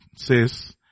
says